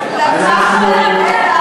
ציונים.